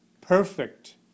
perfect